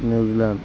New Zealand